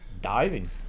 Diving